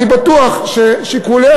אני בטוח ששיקוליה,